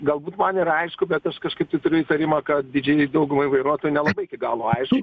galbūt man ir aišku bet aš kažkaip tai turiu įtarimą kad didžiajai daugumai vairuotojų nelabai iki galo aišku